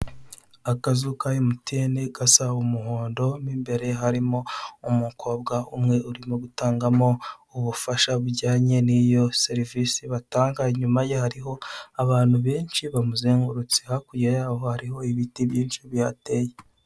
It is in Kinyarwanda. Akazu ka emutiyeni gasa umuhondo, mo imbere harimo umukobwa urimo gutangamo ubufasha bujyanye n'iyo serivise batanga. Inyuma ye hariho abantu benshi bamuzengurutse, hakurya yaho hariho ibiti byinshi bihateye.